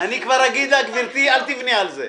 אני כבר אגיד לה שלא תבנה על זה.